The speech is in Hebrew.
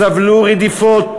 סבלו רדיפות,